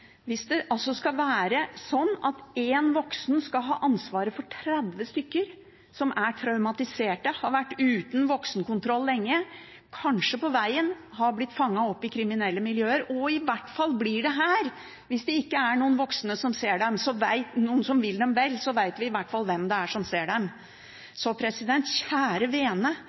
Hvis ikke flere enn én voksen skal ha ansvaret for 30 stykker som er traumatiserte, som har vært uten voksenkontroll lenge, og som kanskje på vegen har blitt fanget opp i kriminelle miljøer – og kan bli det her – og hvis det ikke er noen voksne som ser dem, noen som vil dem vel, vet vi i hvert fall hvem det er som ser dem.